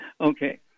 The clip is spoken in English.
Okay